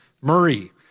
Murray